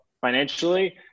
financially